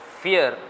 fear